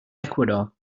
ecuador